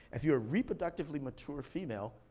if you're a reproductively mature female,